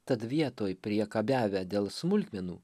tad vietoj priekabiavę dėl smulkmenų